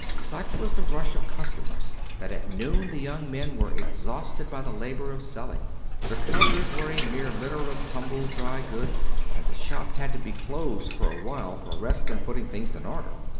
such was the rush of customers that at noon the young men were exhausted by the labor of selling the counters were a mere litter of tumbled dry-goods and the shop had to be closed for a while for rest and putting things in order.